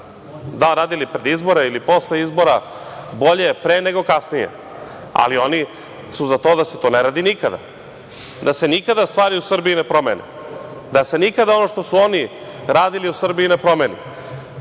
li radili pred izbore ili posle izbora? Bolje je pre nego kasnije, ali oni su za to da se to ne radi nikada, da se nikada stvari u Srbiji ne promene, da se nikada ono što su oni radili u Srbiji ne promeni.